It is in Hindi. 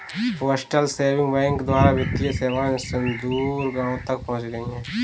पोस्टल सेविंग बैंक द्वारा वित्तीय सेवाएं सुदूर गाँवों तक पहुंच चुकी हैं